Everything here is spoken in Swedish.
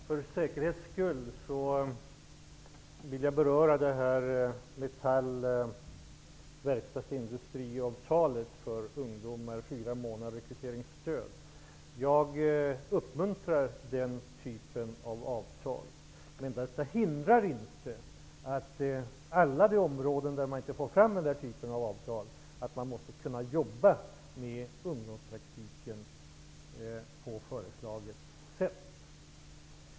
Herr talman! För säkerhets skull vill jag beröra metall och verkstadsindustriavtalet för ungdomar med fyra månaders rekryteringsstöd. Jag uppmuntrar den typen av avtal. Men det hindrar inte att man på alla de områden där man inte får fram den typen av avtal måste kunna jobba med ungdomspraktiken på föreslaget sätt.